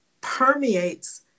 permeates